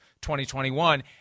2021